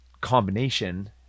combination